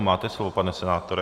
Máte slovo, pane senátore.